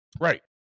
Right